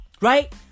Right